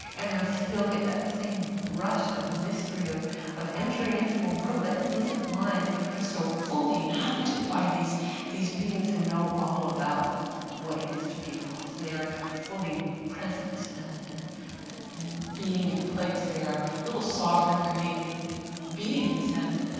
and i still get that same rush of mystery, of of entering into a world that isn't mine but is so fully inhabited by these these beings who know all about what it is to be a moss. they are fully present and and and being in place. they are little sovereign green beings. and